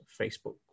Facebook